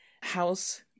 house